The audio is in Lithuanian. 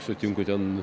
sutinku ten